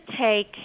take